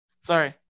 Sorry